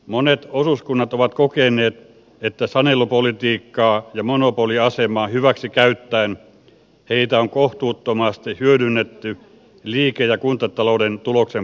monet osuuskunnat ovat kokeneet että sanelupolitiikkaa ja monopoliasemaa hyväksi käyttäen heitä on kohtuuttomasti hyödynnetty liike ja kuntatalouden tuloksen parantamiseksi